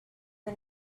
the